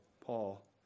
Paul